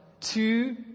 two